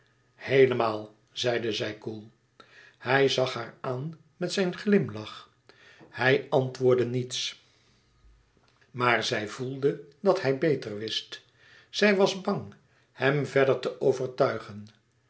heelemaal zeide zij koel hij zag haar aan met zijn glimlach hij antwoordde niets maar zij voelde dat hij beter wist zij was bang hem verder te overtuigen